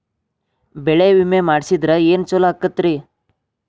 ಬೆಳಿ ವಿಮೆ ಮಾಡಿಸಿದ್ರ ಏನ್ ಛಲೋ ಆಕತ್ರಿ?